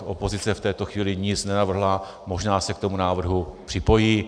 Opozice v této chvíli nic nenavrhla, možná se k tomu návrhu připojí.